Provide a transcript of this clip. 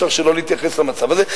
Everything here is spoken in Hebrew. ואי-אפשר שלא להתייחס למצב הזה,